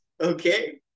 Okay